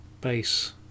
base